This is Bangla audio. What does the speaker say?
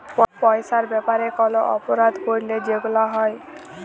পইসার ব্যাপারে কল অপরাধ ক্যইরলে যেগুলা হ্যয়